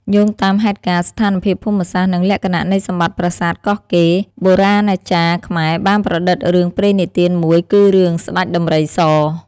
យោងតាមហេតុការណ៍ ស្ថានភាពភូមិសាស្ត្រ និងលក្ខណៈនៃសម្បត្តិប្រាសាទ កោះកេរ បុរាណាចារ្យខ្មែរបានប្រឌិតរឿងព្រេងនិទានមួយគឺរឿង ស្តេចដំរីស។